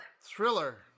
Thriller